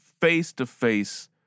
face-to-face